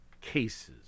cases